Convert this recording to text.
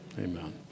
Amen